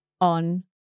on